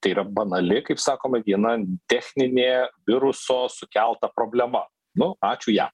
tai yra banali kaip sakoma viena techninė viruso sukelta problema nu ačiū jam